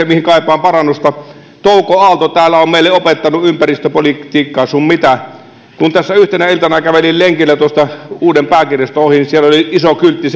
mihin kaipaan parannusta touko aalto täällä on meille opettanut ympäristöpolitiikkaa sun mitä kun tässä yhtenä iltana kävelin lenkillä tuosta uuden pääkirjaston ohi niin siellä oli kyltti